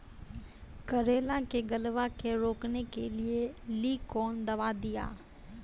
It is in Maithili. करेला के गलवा के रोकने के लिए ली कौन दवा दिया?